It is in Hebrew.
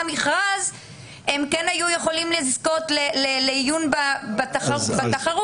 מכרז הם כן היו יכולים לזכות לעיון בתחרות.